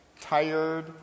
Tired